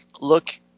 look